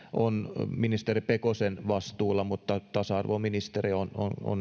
on ministeri pekosen vastuulla mutta tasa arvoministeri on